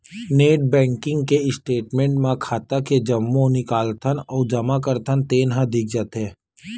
net banking के statement म खाता के जम्मो निकालथन अउ जमा करथन तेन ह दिख जाथे